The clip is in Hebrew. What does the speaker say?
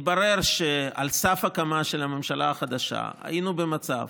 מתברר שעל סף הקמה של הממשלה החדשה היינו במצב